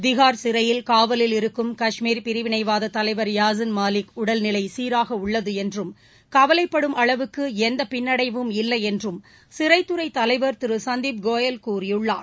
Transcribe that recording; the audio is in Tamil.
திஹார் சிறையில் காவலில் இருக்கும் காஷ்மீர் பிரிவினைவாத தலைவர் யாசின் மாலிக் உடல்நிலை சீராக உள்ளது என்றும் கவலைப்படும் அளவுக்கு எந்த பின்னடைவும் இல்லையென்றும் சிறைத்துறை தலைவர் திரு சந்தீப் கோயல் கூறியுள்ளார்